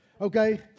Okay